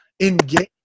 engage